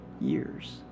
years